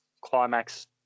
Climax